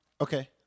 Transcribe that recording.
okay